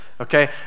Okay